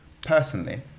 personally